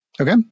okay